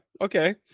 okay